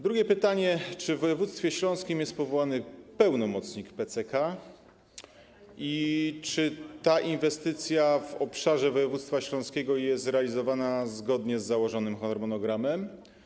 Drugie pytanie: Czy w województwie śląskim jest powołany pełnomocnik CPK i czy ta inwestycja w obszarze województwa śląskiego jest realizowana zgodnie z założonym harmonogramem?